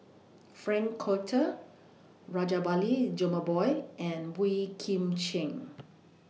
Frank Cloutier Rajabali Jumabhoy and Boey Kim Cheng